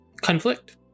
Conflict